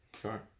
Sure